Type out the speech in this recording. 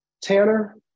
Tanner